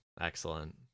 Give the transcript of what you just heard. Excellent